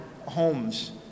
homes